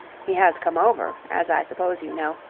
he has come over, as i suppose you know,